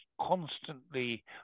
constantly